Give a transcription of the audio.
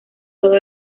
todo